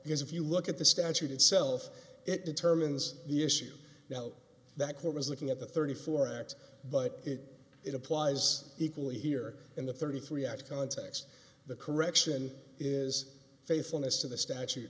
because if you look at the statute itself it determines the issue that court was looking at the thirty four act but it applies equally here in the thirty three out of context the correction is faithfulness to the statu